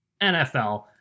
NFL